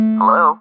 Hello